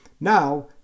Now